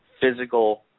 physical